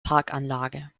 parkanlage